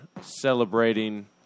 celebrating